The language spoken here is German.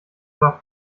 war